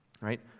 right